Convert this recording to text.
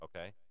Okay